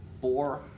four